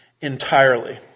entirely